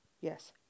Yes